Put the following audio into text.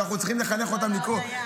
ואנחנו צריכים לחנך אותם לקרוא.